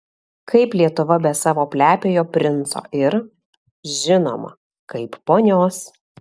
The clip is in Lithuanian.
kaip lietuva be savo plepiojo princo ir žinoma kaip ponios